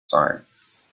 science